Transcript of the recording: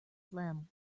phlegm